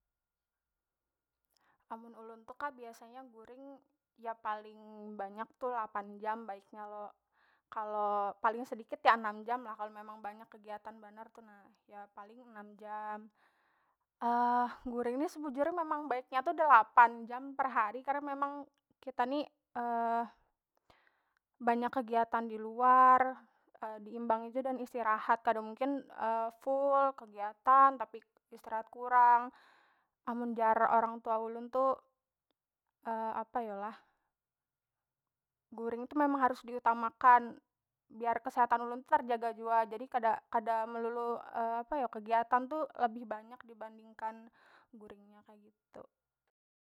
Amun ulun tu kak biasanya guring ya paling banyak tu delapan jam baiknya lo, kalo paling sedikit paling ya enam jam lah kalo memang banyak kegiatan banar tu na ya paling enam jam guring ni sebujur nya memang baiknya tu delapan jam per hari karna memang kita ni banyak kegiatan diluar diimbangi jua lawan istirahat kada mungkin full kegiatan tapi istirahat kurang amun jar orang tua ulun tu apa yo lah guring tu memang harus diutamakan biar kesehatan ulun tu terjaga jua jadi kada- kada melulu apa yo kegiatan tu lebih banyak dibandingkan guring nya kaya gitu.